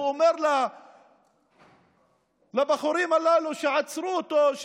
הוא אומר לבחורים הללו שעצרו אותו: